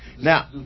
Now